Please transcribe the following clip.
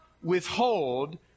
withhold